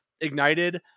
ignited